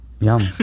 Yum